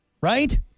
Right